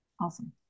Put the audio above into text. awesome